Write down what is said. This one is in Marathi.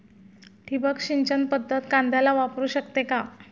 ठिबक सिंचन पद्धत कांद्याला वापरू शकते का?